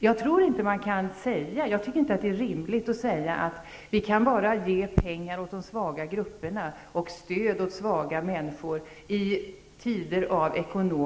Jag tycker inte att det är rimligt att säga att vi endast i tider av ekonomisk god tillväxt kan ge pengar till de svaga grupperna, stöd åt svaga människor.